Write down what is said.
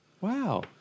Wow